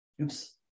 Oops